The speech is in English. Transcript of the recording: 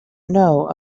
know